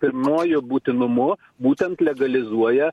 pirmuoju būtinumu būtent legalizuoja